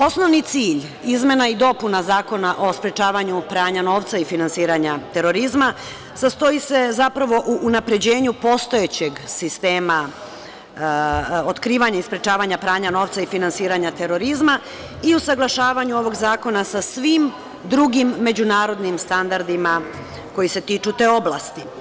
Osnovni cilj izmena i dopuna Zakona o sprečavanju pranja novca i finansiranja terorizma sastoji se zapravo u unapređenju postojećeg sistema otkrivanja i sprečavanja pranja novca i finansiranja terorizma i usaglašavanju ovog zakona sa svim drugim međunarodnim standardima koji se tiču te oblasti.